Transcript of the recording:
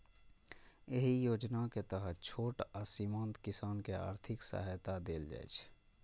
एहि योजना के तहत छोट आ सीमांत किसान कें आर्थिक सहायता देल जाइ छै